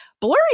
blurry